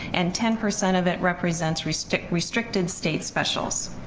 and ten percent of it represents restricted restricted state specials